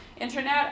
internet